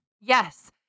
Yes